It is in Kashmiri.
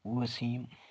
وسیٖم